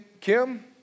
Kim